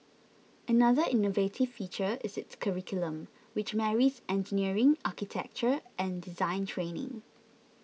another innovative feature is its curriculum which marries engineering architecture and design training